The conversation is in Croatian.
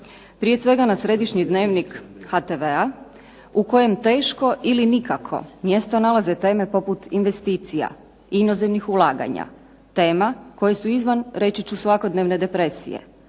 Prije svega na središnji Dnevnik HTV-a u kojem teško ili nikako mjesto nalaze teme poput investicija, inozemnih ulaganja, tema koje su izvan reći ću svakodnevne depresije